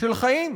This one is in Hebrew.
של חיים,